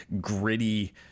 gritty